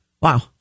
Wow